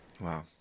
Wow